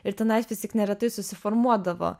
ir tenais vis tik neretai susiformuodavo